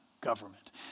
government